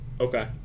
okay